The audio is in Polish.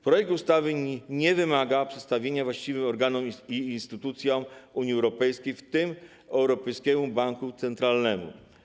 Projekt ustawy nie wymaga przedstawienia właściwym organom i instytucjom Unii Europejskiej, w tym Europejskiemu Bankowi Centralnemu.